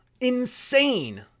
insane